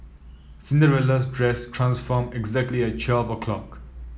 Cinderella's dress transformed exactly at twelve o'clock